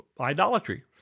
idolatry